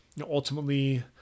ultimately